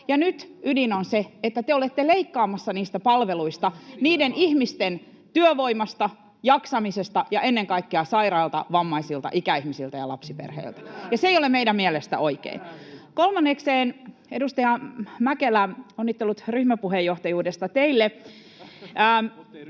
nyt ydin on se, että te olette leikkaamassa niistä palveluista, niiden ihmisten työvoimasta ja jaksamisesta ja ennen kaikkea sairailta, vammaisilta, ikäihmisiltä ja lapsiperheiltä, ja se ei ole meidän mielestämme oikein. [Ben Zyskowicz: Väärin!] Kolmannekseen, edustaja Mäkelä, onnittelut ryhmäpuheenjohtajuudesta teille.